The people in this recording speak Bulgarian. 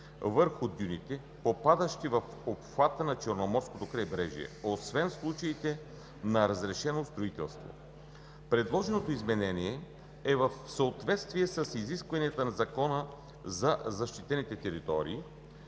върху дюните, попадащи в обхвата на Черноморското крайбрежие, освен в случаите на разрешено строителство. Предложеното изменение е в съответствие с изискванията на Закона за защитените територии